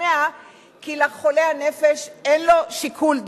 להשתכנע כי לחולה הנפש אין שיקול דעת.